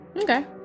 okay